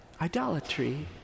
Idolatry